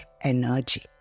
energy